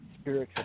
spiritual